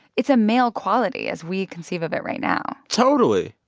it's a male quality as we conceive of it right now totally.